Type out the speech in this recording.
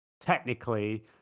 technically